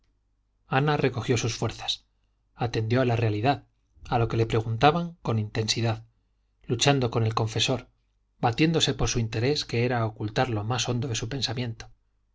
ana recogió sus fuerzas atendió a la realidad a lo que le preguntaban con intensidad luchando con el confesor batiéndose por su interés que era ocultar lo más hondo de su pensamiento